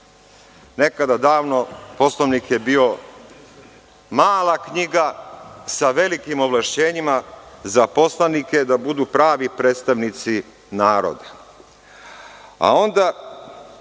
Nekada davno, Poslovnik je bio mala knjiga sa velikim ovlašćenjima za poslanike, da budu pravi predstavnici naroda,